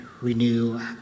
renew